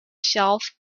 shelf